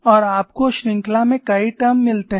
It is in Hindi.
और आपको श्रृंखला में कई टर्म मिलते हैं